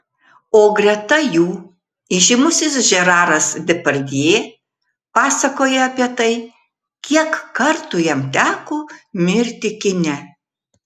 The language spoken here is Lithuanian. o greta jų įžymusis žeraras depardjė pasakoja apie tai kiek kartų jam teko mirti kine